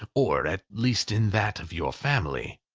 or at least in that of your family,